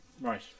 Right